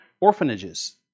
orphanages